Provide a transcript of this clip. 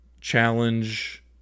challenge